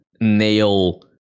Nail